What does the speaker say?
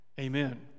Amen